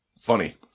funny